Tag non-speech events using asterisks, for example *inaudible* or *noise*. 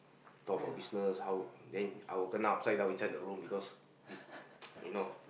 talk about business how then I will kena upside down inside that room because this *noise* you know